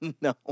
No